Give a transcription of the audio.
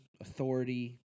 authority